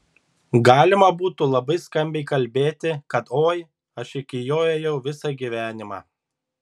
galima būtų labai skambiai kalbėti kad oi aš iki jo ėjau visą gyvenimą